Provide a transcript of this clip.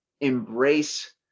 embrace